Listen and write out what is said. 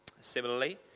Similarly